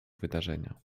wydarzenia